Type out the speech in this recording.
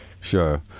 Sure